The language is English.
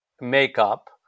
makeup